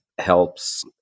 helps